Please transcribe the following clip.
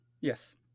Yes